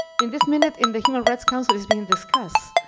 in this minute, in the human rights council is being discussed,